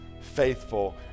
faithful